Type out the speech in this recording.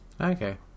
Okay